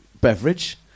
beverage